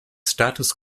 status